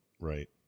Right